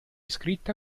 scritta